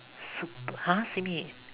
super !huh! simi